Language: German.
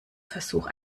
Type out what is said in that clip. versuch